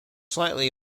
slightly